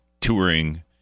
touring